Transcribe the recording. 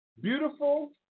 beautiful